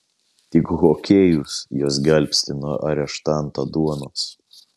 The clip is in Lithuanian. tik hokėjus juos gelbsti nuo areštanto duonos